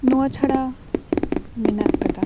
ᱱᱚᱣᱟ ᱪᱷᱟᱲᱟ ᱢᱮᱱᱟᱜ ᱟᱠᱟᱫᱟ